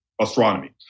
astronomy